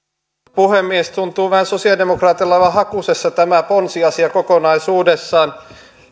puhemies tuntuu sosiaalidemokraateilla vähän olevan hakusessa tämä ponsiasia kokonaisuudessaan